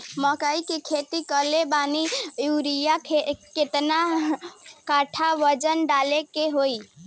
मकई के खेती कैले बनी यूरिया केतना कट्ठावजन डाले के होई?